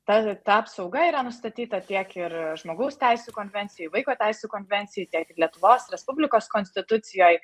ta ta apsauga yra nustatyta tiek ir žmogaus teisių konvencijoj vaiko teisių konvencijoj tiek ir lietuvos respublikos konstitucijoj